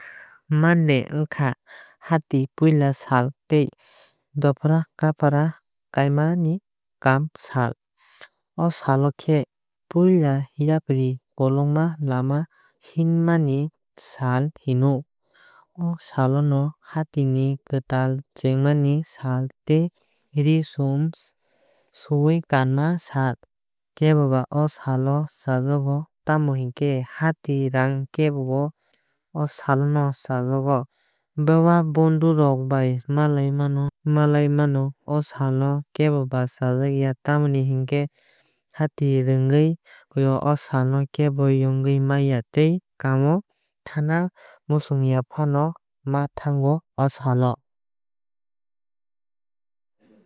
Monday ongkha hati puila sal tei dophra kafra khaimai kaam sal. O sal o khe puila yapri kologma lama himnani sal hino. O sal o no hati ni kwtal chengma ni sal tei ree chum suwui kanma sal. Keboba o sal no chajago tamo hinkhe hati raang kebobo o salo no chajakgo. Bewab bandhu rok bai malai mano malai mano. O sal no keboba chajakya tamoni hinkhe hati rwgwui o sal no kebo yogwui maiya tei kaam o thana muchung ya funo ma thango o sal o.